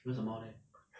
为什么 leh